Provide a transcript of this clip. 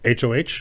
HOH